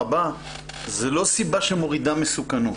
סיבה שמורידה מסוכנות.